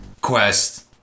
quest